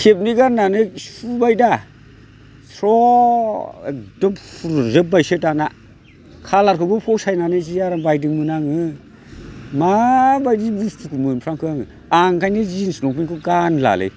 खेबनै गाननानै सुबायदा स्र' एग्दम फुरजोब्बायसो दाना खालारखौबो फसायनानै जि आराम बायदोंमोन आङो माबायदि बुस्थुखौ मोनफ्रांखो आङो आं ओंखायनो जिन्स लंफेन्टखौ गानलालै